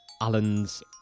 Alan's